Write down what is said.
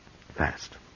Fast